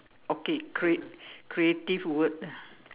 okay crea~ creative word ah